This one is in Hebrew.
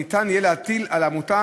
ניתן יהיה להטילן על העמותה,